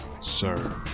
sir